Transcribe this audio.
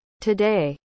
Today